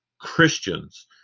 Christians